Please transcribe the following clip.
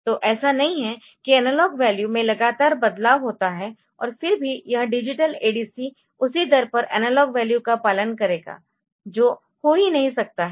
तो ऐसा नहीं है कि एनालॉग वैल्यू में लगातार बदलाव होता है और फिर भी यह डिजिटल ADC उसी दर पर एनालॉग वैल्यू का पालन करेगा जो हो ही नहीं सकता है